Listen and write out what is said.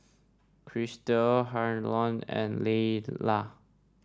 Chrystal Harlon and Layla